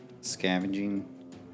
scavenging